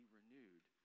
renewed